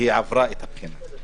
היא עברה את הבחינה.